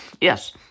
Yes